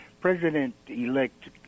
President-elect